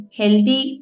healthy